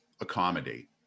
accommodate